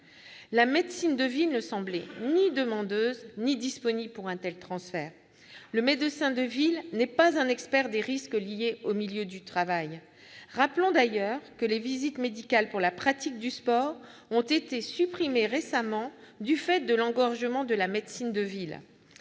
La médecine de ville ne semblait ni demandeuse ni disponible pour un tel transfert. Le médecin de ville n'est pas un expert des risques liés au milieu du travail. Rappelons d'ailleurs que les visites médicales pour la pratique du sport ont été supprimées récemment du fait de l'engorgement de la médecine de ville.